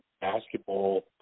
basketball